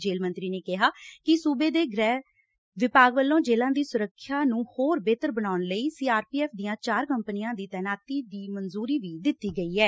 ਜੇਲੁ ਮੰਤਰੀ ਨੇ ਕਿਹੈ ਕਿ ਸੁਬੇ ਦੇ ਗੁਹਿ ਵਿਭਾਗ ਵੱਲੋ' ਜੇਲੁਾਂ ਦੀ ਸੁਰੱਖਿਆ ਨੂੰ ਹੋਰ ਬਿਹਤਰ ਬਣਾਉਣ ਲਈ ਸੀ ਆਰ ਪੀ ਐਫ਼ ਦੀਆਂ ਚਾਰ ਕੰਪਨੀਆਂ ਦੀ ਤੈਨਾਤੀ ਦੀ ਮਨਜੁਰ ਵੀ ਦਿੱਤੀ ਗਈ ਐ